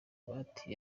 bati